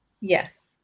yes